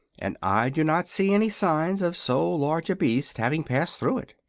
and i do not see any signs of so large a beast having passed through it.